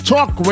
Talk